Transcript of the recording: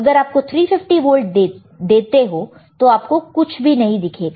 अगर आप 350 वोल्ट देते हैं तो आपको कुछ भी नहीं दिखेगा